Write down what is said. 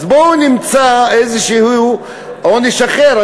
אז בואו נמצא איזה עונש אחר.